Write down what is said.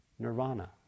Nirvana